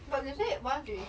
but they say once we